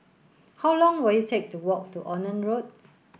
how long will it take to walk to Onan Road